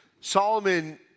Solomon